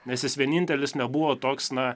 nes jis vienintelis nebuvo toks na